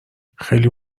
خیلی